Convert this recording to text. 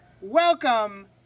Welcome